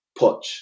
Poch